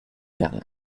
berlin